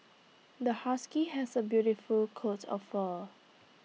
the husky has A beautiful coat of fur